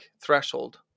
threshold